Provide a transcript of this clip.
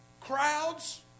Crowds